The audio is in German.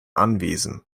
anwesen